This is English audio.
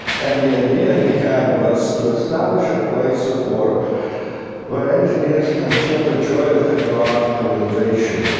and the idea he had was to establish a place of work where engineers can feel the joy of technological innovation,